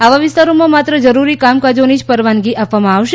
આવા વિસ્તારોમાં માત્ર જરૂરી કામકોની જ પરવાનગી આપવામાં આવશે